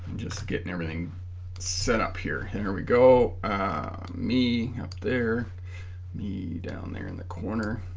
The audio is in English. just getting everything set up here and here we go me up there me down there in the corner